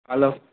hello